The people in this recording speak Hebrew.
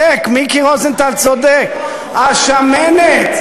הוא צודק, מיקי רוזנטל צודק, השמנת.